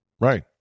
Right